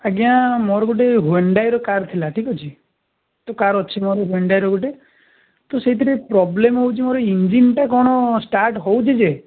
ଆଜ୍ଞା ମୋର ଗୋଟେ ହୁଣ୍ଡାଇର କାର୍ ଥିଲା ଠିକ୍ ଅଛି ସେ କାର୍ ଅଛି ମୋର ହୁଣ୍ଡାଇର ଗୋଟେ ତ ସେଇଥିରେ ପ୍ରୋବ୍ଲେମ୍ ହେଉଛି ମୋର ଇଞ୍ଜିନ୍ଟା କ'ଣ ଷ୍ଟାର୍ଟ ହେଉଛି ଯେ